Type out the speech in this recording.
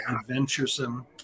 adventuresome